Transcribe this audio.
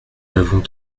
l’avons